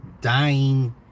dying